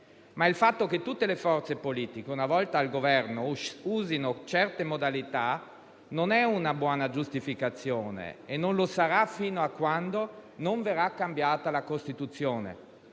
Il fatto però che tutte le forze politiche, una volta al governo, usino certe modalità, non è una buona giustificazione e non lo sarà fino a quando non verrà cambiata la Costituzione.